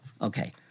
Okay